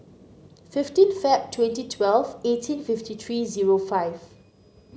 fifteen Feb twenty twelve eighteen fifty three zero five